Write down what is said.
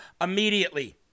immediately